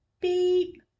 beep